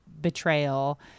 betrayal